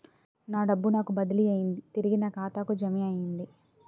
నా డబ్బు నాకు బదిలీ అయ్యింది తిరిగి నా ఖాతాకు జమయ్యింది